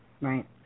Right